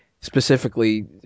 specifically